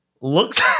looks